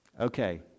okay